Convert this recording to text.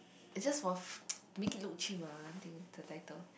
it's just for f~ make it look chim ah I think the title